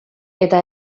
eta